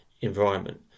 environment